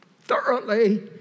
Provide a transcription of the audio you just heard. thoroughly